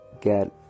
get